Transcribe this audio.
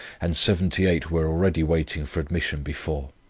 and seventy-eight were already waiting for admission before.